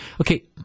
Okay